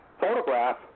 photograph